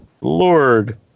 lord